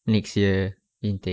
next year intake